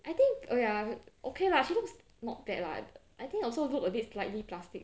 I think oh ya okay lah she looks not bad lah I think also look a bit slightly plastic